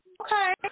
okay